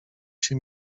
się